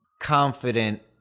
confident